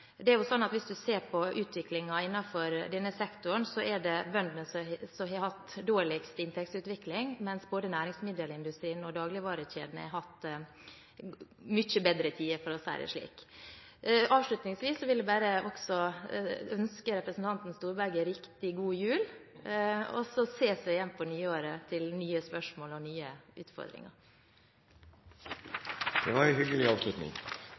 Det er jo sånn at hvis du ser på utviklingen innenfor denne sektoren, er det bøndene som har hatt dårligst inntektsutvikling, mens både næringsmiddelindustrien og dagligvarekjedene har hatt mye bedre tider, for å si det slik. Avslutningsvis vil jeg bare ønske representanten Storberget riktig god jul – så ses vi igjen på nyåret til nye spørsmål og nye utfordringer. Det var en hyggelig avslutning.